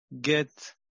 get